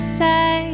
say